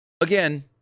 again